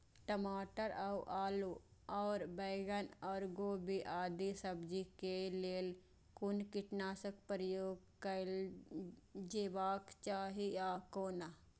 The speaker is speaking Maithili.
टमाटर और आलू और बैंगन और गोभी आदि सब्जी केय लेल कुन कीटनाशक प्रयोग कैल जेबाक चाहि आ कोना?